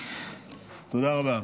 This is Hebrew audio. תודה רבה.